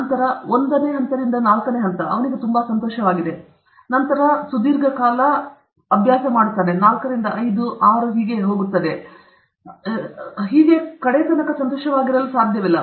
ನಂತರ ಒಂದರಿಂದ ನಾಲ್ಕು ಅವರಿಗೆ ತುಂಬಾ ಸಂತೋಷವಾಗಿದೆ ಮತ್ತು ನಂತರ ನೀವು ದೀರ್ಘಕಾಲ ನಾಲ್ಕು ಐದು ಅಥವಾ ಒಂದು ಆರು ಹೋಗುತ್ತದೆ ಎಂದು ಸಂತೋಷವಾಗಿರಲು ಸಾಧ್ಯವಿಲ್ಲ